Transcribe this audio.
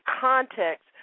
context